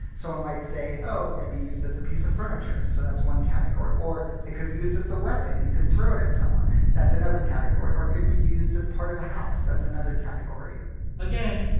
someone might say, oh, it could be used as a piece of furniture. so that's one category. or it could be used as a weapon you could throw it at someone. that's another category. or it could be used as part of a house. that's another category again,